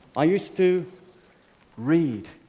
i used to read.